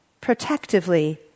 protectively